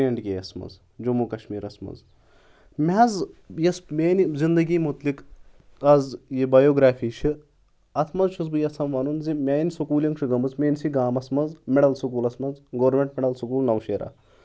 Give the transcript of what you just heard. J and K یَس منٛز جموں کشمیٖرَس منٛز مےٚ حظ یۄس میٲنۍ زندگی مُتعلِق آز یہِ بیوگرٛافی چھِ اَتھ منٛز چھُس بہٕ یَژھان وَنُن زِ میانہِ سکوٗلِنٛگ چھِ گٔمٕژ میٲنِسٕے گامَس منٛز مِڈَل سکوٗلَس منٛز گورمینٹ مِڈَل سکوٗل نوشہرا